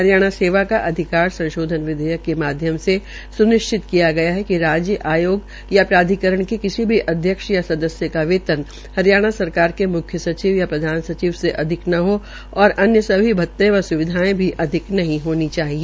हरियाणा सेवा का अधिकार संशोधन विधेयक के माध्यम से स्निश्चित किया गया है कि राज्य आयोग या प्राधिकरण के किसी भी अध्यक्ष या सदस्य का वेतना हरियाणा सरकार के म्ख्यसचिव या प्रधानसचिव से अधिक न हो और अन्य सभी भते व स्विधा भी अधिक नहीं होनी चाहिए